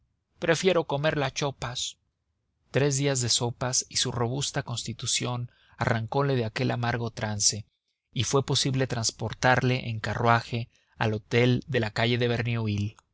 prefiero comer las sopas tres días de sopas y su robusta constitución arrancáronle de aquel amargo trance y fue posible transportarle en carruaje al hotel de la calle de verneuil el